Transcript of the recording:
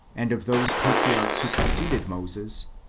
and of those patriarchs who preceded moses,